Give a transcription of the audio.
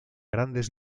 grandes